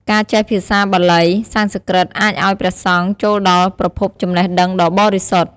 ការចេះភាសាភាសាបាលី-សំស្ក្រឹត អាចឱ្យព្រះសង្ឃចូលដល់ប្រភពចំណេះដឹងដ៏បរិសុទ្ធ។